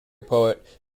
poet